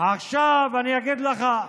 עכשיו אני אגיד לך,